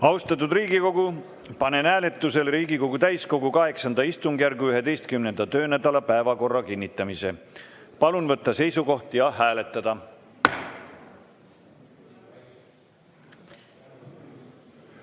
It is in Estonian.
Austatud Riigikogu! Panen hääletusele Riigikogu täiskogu VIII istungjärgu 11. töönädala päevakorra kinnitamise. Palun võtta seisukoht ja hääletada!